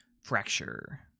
Fracture